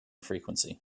frequency